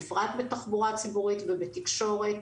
בפרט בתחבורה הציבורית ובתקשורת.